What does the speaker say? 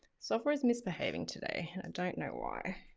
software is misbehaving today and i don't know why.